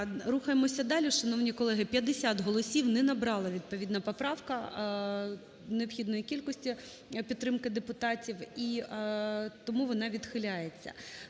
Рухаємося далі, шановні колеги. 50 голосів. Не набрала відповідна поправка необхідної кількості підтримки депутатів, і тому вона відхиляється.